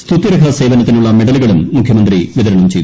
സ്തുത്യർഹസേവനത്തിനുള്ള മെഡലുകളും മുഖ്യമന്ത്രി വിതരണം ചെയ്തു